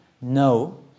no